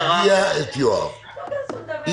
מגיעות לכאן חברות כנסת במסגרת החוק